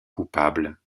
coupables